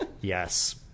yes